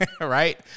Right